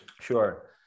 Sure